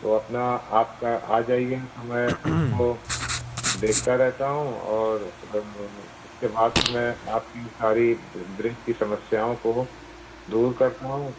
तो अपना आपका आ जाइए तो मैं उसको देखता रहता हूँ और उसके बाद फिर मैं आपकी सारी ब्रेक की समस्याओं को दूर करता हूँ